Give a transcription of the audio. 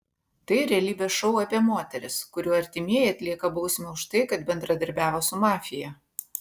tai realybės šou apie moteris kurių artimieji atlieka bausmę už tai kad bendradarbiavo su mafija